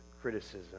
criticism